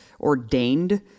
ordained